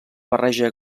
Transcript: barreja